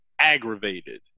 aggravated